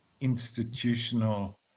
institutional